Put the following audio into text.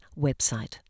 website